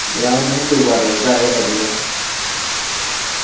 ते अंऊ तुसेंगी दूआ देई ओड़गा इसदे बदले